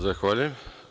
Zahvaljujem.